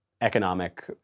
economic